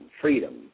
freedom